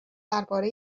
درباره